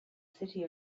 city